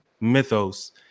Mythos